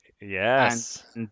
yes